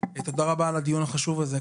תודה על הדיון החשוב הזה.